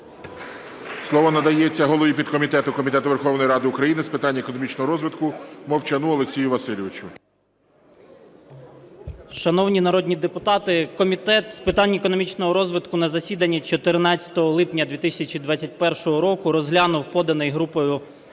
Слово надається голові підкомітету Комітету Верховної Ради України з питань економічного розвитку Мовчану Олексію Васильовичу. 17:58:02 МОВЧАН О.В. Шановні народні депутати, Комітет з питань економічного розвитку на засіданні 14 липня 2021 року розглянув поданий групою